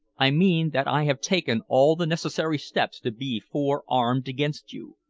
i mean that i have taken all the necessary steps to be forearmed against you.